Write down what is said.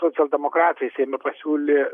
socialdemokratai seime pasiūlė